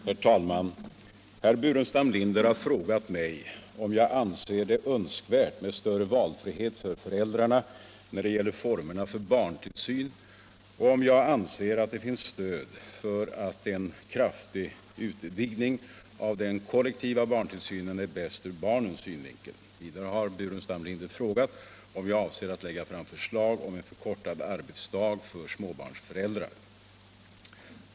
Herr talman! Herr Burenstam Linder har frågat mig om jag anser det önskvärt med större valfrihet för föräldrarna när det gäller formerna för barntillsyn och om jag anser att det finns stöd för att en kraftig utvidgning av den kollektiva barntillsynen är bäst ur barnens synvinkel. Vidare har herr Burenstam Linder frågat om jag avser att lägga fram förslag om en förkortad arbetsdag för småbarnsföräldrar.